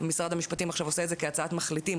ומשרד המשפטים עושה את זה עכשיו כהצעת מחליטים,